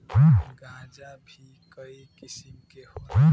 गांजा भीं कई किसिम के होला